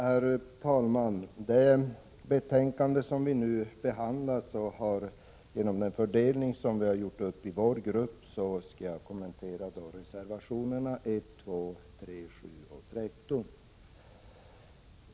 Herr talman! I det betänkande som vi nu behandlar skall jag — genom den fördelning som vår grupp gjort — kommentera reservationerna 1, 2, 3, 7 och 13.